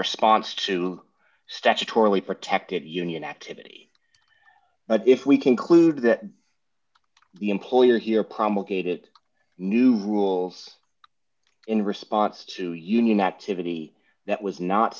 response to statutorily protected union activity but if we conclude that the employer here promulgated new rules in response to union activity that was not